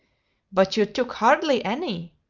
but you took hardly any.